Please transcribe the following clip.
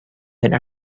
and